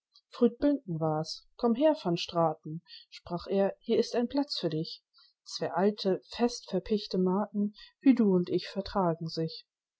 war's komm her van straten sprach er hier ist ein platz für dich zwei alte fest verpichte maaten wie du und ich vertragen sich